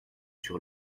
sur